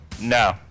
No